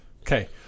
Okay